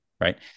Right